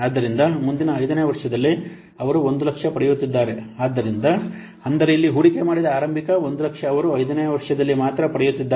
ಆದ್ದರಿಂದ ಮುಂದಿನ 5 ನೇ ವರ್ಷದಲ್ಲಿ ಅವರು 100000 ಪಡೆಯುತ್ತಿದ್ದಾರೆ ಆದ್ದರಿಂದ ಅಂದರೆ ಇಲ್ಲಿ ಹೂಡಿಕೆ ಮಾಡಿದ ಆರಂಭಿಕ 100000 ಅವರು 5 ನೇ ವರ್ಷದಲ್ಲಿ ಮಾತ್ರ ಪಡೆಯುತ್ತಿದ್ದಾರೆ